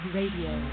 Radio